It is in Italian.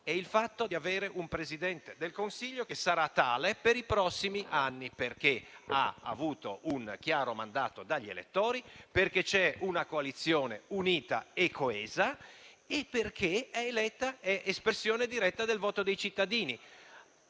è il fatto di avere un Presidente del Consiglio che sarà tale per i prossimi anni perché ha avuto un chiaro mandato dagli elettori, perché c'è una coalizione unita e coesa e perché è espressione diretta del voto dei cittadini.